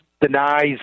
denies